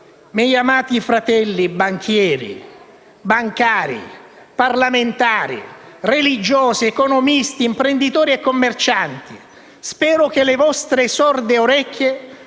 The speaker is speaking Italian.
miei amati fratelli, banchieri, bancari, parlamentari, religiosi, economisti, imprenditori e commercianti, spero che le vostre sorde orecchie